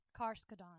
Karskadon